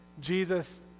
Jesus